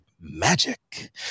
magic